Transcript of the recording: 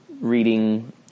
reading